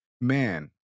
man